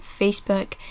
Facebook